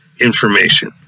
information